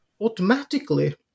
automatically